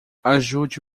ajude